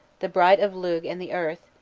the bridal of lugh and the earth,